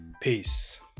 Peace